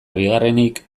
bigarrenik